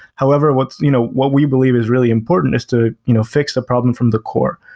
however, what you know what we believe is really important is to you know fix the problem from the core,